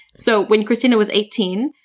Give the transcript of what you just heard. so when kristina was eighteen,